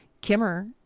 Kimmer